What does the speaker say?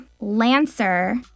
Lancer